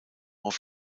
auf